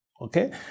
Okay